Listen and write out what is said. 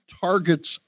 targets